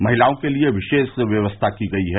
महिलाओं के लिए विशेष व्यवस्था की गयी है